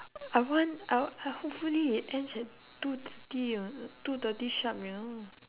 I want I w~ I hopefully it ends at two thirty uh two thirty sharp you know